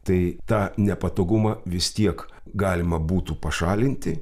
tai tą nepatogumą vis tiek galima būtų pašalinti